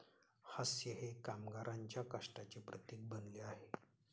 हास्य हे कामगारांच्या कष्टाचे प्रतीक बनले आहे